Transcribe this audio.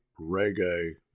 Reggae